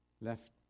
left